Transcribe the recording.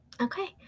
Okay